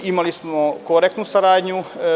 Imali smo korektnu saradnju.